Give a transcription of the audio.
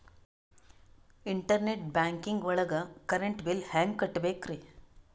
Internet banking ಒಳಗ್ current bill ಹೆಂಗ್ ಕಟ್ಟ್ ಬೇಕ್ರಿ?